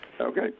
okay